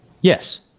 Yes